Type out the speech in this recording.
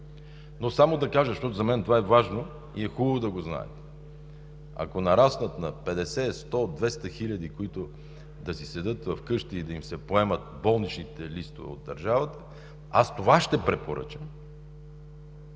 Само да кажа, защото за мен това е важно и е хубаво да го знаете: ако нараснат на 50, 100, 200 хиляди, които да си седят вкъщи и да им се поемат болничните листове от държавата, аз това ще препоръчам,